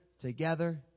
together